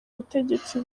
ubutegetsi